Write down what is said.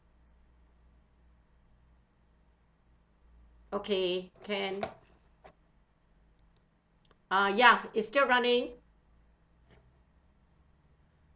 okay can ah ya is still running